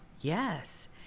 yes